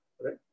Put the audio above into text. right